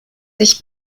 sich